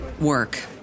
work